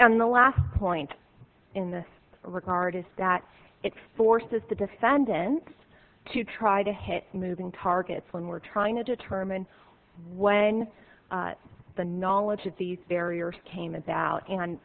and the last point in this regard is that it forces the defendants to try to hit moving targets when we're trying to determine when the knowledge of these barriers came about and